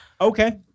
Okay